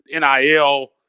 NIL